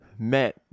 Met